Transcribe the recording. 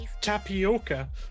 tapioca